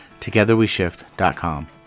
togetherweshift.com